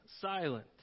silent